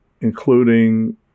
including